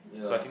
yeah